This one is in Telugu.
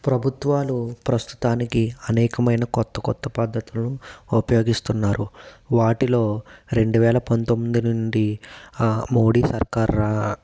ప్రభుత్వాలు ప్రస్తుతానికి అనేకమైన కొత్త కొత్త పద్ధతులను ఉపయోగిస్తున్నారు వాటిలో రెండు వేల పంతొమ్మిది నుండి మోడీ సర్కార్